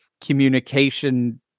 communication